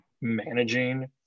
managing –